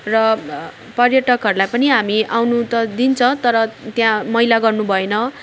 र पर्यटकहरूलाई पनि हामी आउनु त दिन्छ तर त्यहाँ मैला गर्नु भएन